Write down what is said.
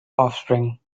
offspring